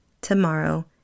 tomorrow